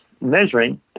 measuring